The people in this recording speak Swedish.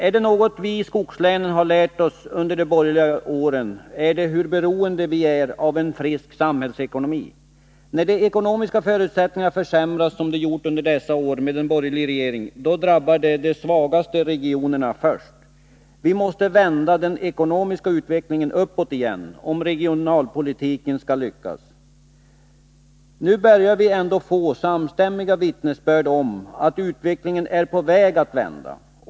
Ärdet något vi i skogslänen har lärt oss under de borgerliga åren, är det hur beroende vi är av en frisk samhällsekonomi. När de ekonomiska förutsättningarna försämras, som de gjort under dessa år med en borgerlig regering, då drabbas de svagaste regionerna först. Vi måste vända den ekonomiska utvecklingen uppåt igen, om regionalpolitiken skall lyckas. Nu börjar vi ändå få samstämmiga vittnesbörd om att utvecklingen är på väg att vända.